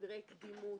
סדרי תקינות.